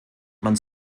man